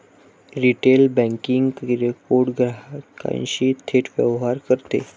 retail banking किरकोळ ग्राहकांशी थेट व्यवहार करते